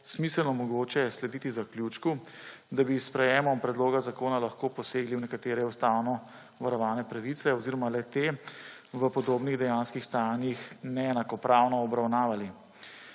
smiselno mogoče slediti zaključku, da bi s sprejetjem predloga zakona lahko posegli v nekatere ustavno varovane pravice oziroma le-te v podobnih dejanskih stanjih neenakopravno obravnavali.